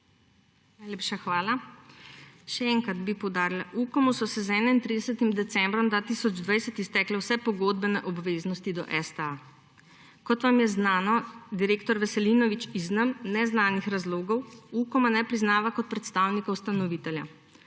Najlepša hvala. Še enkrat bi poudarila, Ukomu so se z 31. decembrom 2020 iztekle vse pogodbene obveznosti do Slovenske tiskovne agencije. Kot vam je znano, direktor Veselinovič iz nam neznanih razlogov Ukoma ne priznava kot predstavnika ustanovitelja,